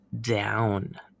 down